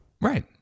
Right